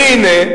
והנה,